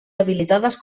habilitades